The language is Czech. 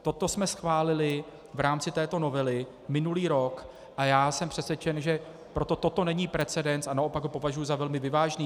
Toto jsme schválili v rámci této novely minulý rok a jsem přesvědčen, že proto toto není precedens, a naopak ho považuji za velmi vyvážený.